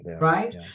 right